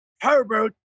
Herbert